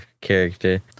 character